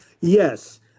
Yes